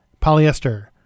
Polyester